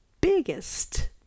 biggest